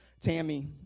Tammy